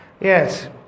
Yes